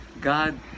God